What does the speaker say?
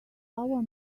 our